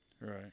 Right